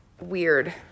weird